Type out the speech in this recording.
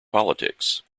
politics